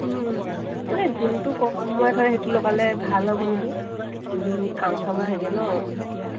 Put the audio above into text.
মানে যোনটো কমত হয় সেইটো লগালে ভাল হ'ব নেকি বিহু কাম চামো থাকে ন এতিয়া